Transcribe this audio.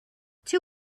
two